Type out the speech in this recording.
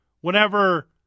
Whenever